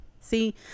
see